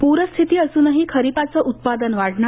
पुरस्थिती असूनही खरीपाचं उत्पादन वाढणार